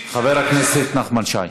חבר הכנסת נחמן שי,